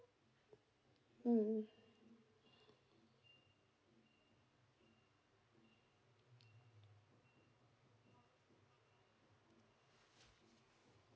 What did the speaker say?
mm